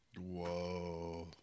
Whoa